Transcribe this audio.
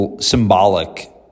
symbolic